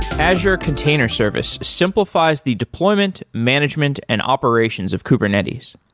azure container service simplifies the deployment, management and operations of kubernetes.